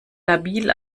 labil